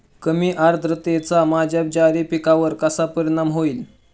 कमी आर्द्रतेचा माझ्या ज्वारी पिकावर कसा परिणाम होईल?